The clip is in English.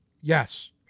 Yes